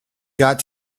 got